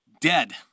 Dead